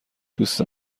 دوست